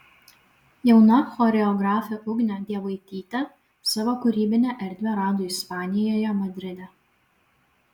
jauna choreografė ugnė dievaitytė savo kūrybinę erdvę rado ispanijoje madride